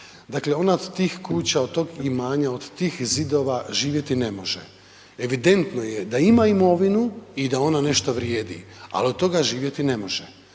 Dakle on od tih kuća, od tog imanja, od tih zidova živjeti ne može. Evidentno je da ima imovinu i da ona nešto vrijedi, ali od toga živjeti ne može.